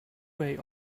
way